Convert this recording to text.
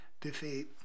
defeat